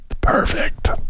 Perfect